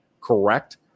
correct